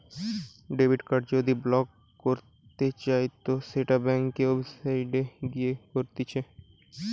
debit card যদি block করতে চাইতো সেটো ব্যাংকের ওয়েবসাইটে গিয়ে করতিছে